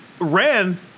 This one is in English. Ran